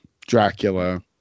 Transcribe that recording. Dracula